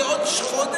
זה עוד חודש,